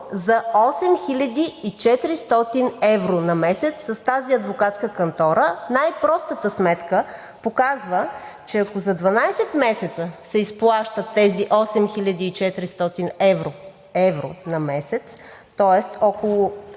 за 8400 евро на месец с тази адвокатска кантора. Най-простата сметка показва, че ако за 12 месеца се изплащат тези 8400 евро на месец, тоест около